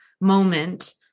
moment